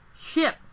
Ship